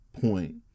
point